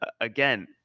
again